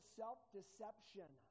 self-deception